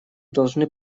должны